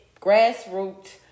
grassroots